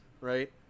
right